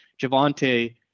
Javante